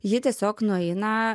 ji tiesiog nueina